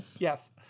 Yes